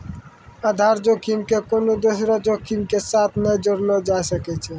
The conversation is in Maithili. आधार जोखिम के कोनो दोसरो जोखिमो के साथ नै जोड़लो जाय सकै छै